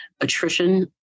attrition